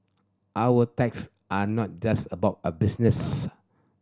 our ties are not just about a business